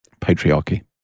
Patriarchy